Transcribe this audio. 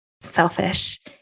selfish